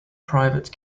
private